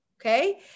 okay